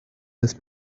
ist